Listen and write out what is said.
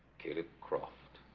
caleb croft